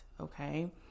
okay